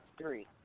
three